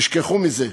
תשכחו מזה,